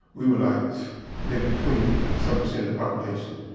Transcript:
we were like maybe twenty some percent of the population.